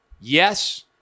Yes